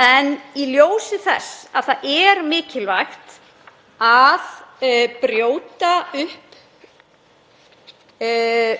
En í ljósi þess að það er mikilvægt að brjóta upp